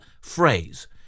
phrase